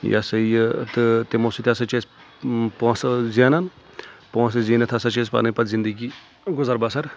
یہِ ہسا یہِ تہٕ تِمو سۭتۍ ہسا چھِ أسۍ پونٛسہٕ زینان پونٛسہٕ زیٖنِتھ ہسا چھِ أسۍ پنٕنۍ پتہٕ زندگی گُزر بسر